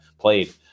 played